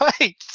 right